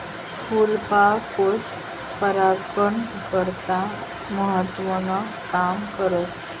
फूलपाकोई परागकन करता महत्वनं काम करस